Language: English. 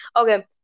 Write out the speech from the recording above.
Okay